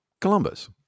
Columbus